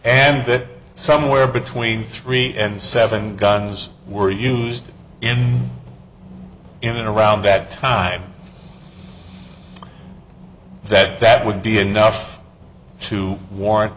and that somewhere between three and seven guns were used in in a round bad time that that would be enough to warrant